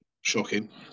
Shocking